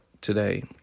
Today